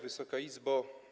Wysoka Izbo!